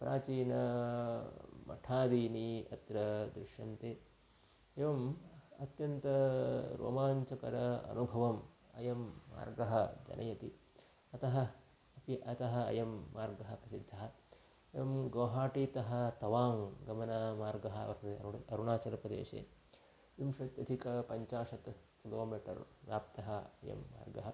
प्राचीनमठादीनि अत्र दृश्यन्ते एवम् अत्यन्तः रोमाञ्चकरः अनुभवः अयं मार्गः जनयति अतः अपि अतः अयं मार्गः प्रसिद्धः एवं गोहाटीतः तवाङ्ग् गमनार्गः वर्तते अरुणाचलप्रदेशे विंशत्यधिकपञ्चाशत् किलोमीटर् व्याप्तः अयं मार्गः